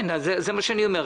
זה מה שאני אומר.